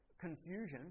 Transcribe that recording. confusion